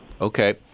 Okay